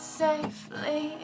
safely